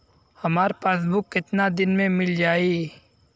हमार पासबुक कितना दिन में मील जाई?